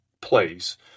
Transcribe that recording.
place